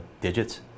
digits